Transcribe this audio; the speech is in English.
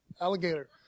alligator